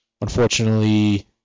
Unfortunately